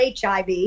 HIV